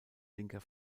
linker